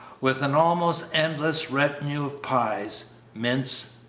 with an almost endless retinue of pies mince,